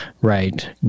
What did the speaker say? right